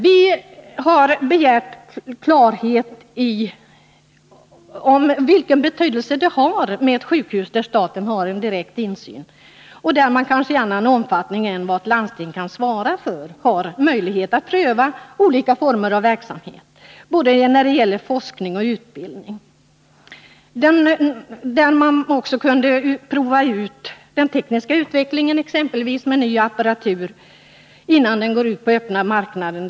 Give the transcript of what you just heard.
Vi har begärt klarhet i frågan vilken betydelse det har med ett sjukhus där staten har direkta intressen och där det, i annan omfattning än ett landsting kan svara för, är möjligt att pröva olika former av verksamhet både när det gäller forskning och utbildning. På ett statligt sjukhus kan man också i takt med den tekniska utvecklingen prova ny apparatur innan den går ut på öppna marknaden.